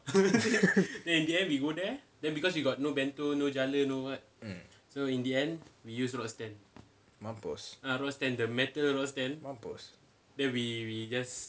mm mampus mampus